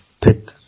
take